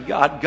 God